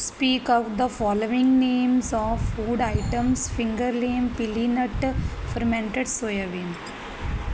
speak out the following names of food items finger lime pili nut fermented soybean